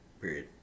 Period